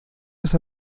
los